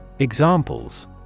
Examples